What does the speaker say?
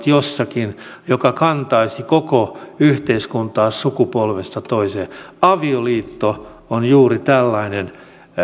jossakin olisi juuret jotka kantaisivat koko yhteiskuntaa sukupolvesta toiseen avioliitto on juuri tällainen